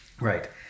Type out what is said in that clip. Right